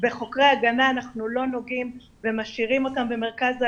בחוקרי ההגנה אנחנו לא נוגעים ומשאירים אותם במרכז ההגנה,